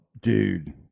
dude